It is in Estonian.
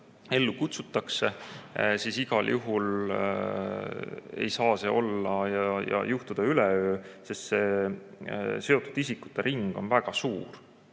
ellu kutsutakse, siis igal juhul ei saa see juhtuda üleöö, sest seotud isikute ring on väga suur,